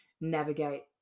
navigate